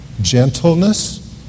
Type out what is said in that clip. gentleness